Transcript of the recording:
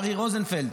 ארי רוזנפלד,